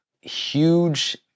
huge